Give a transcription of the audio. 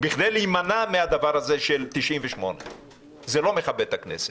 כדי להימנע מהדבר הזה של 98. זה לא מכבד את הכנסת.